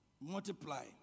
Multiply